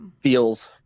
feels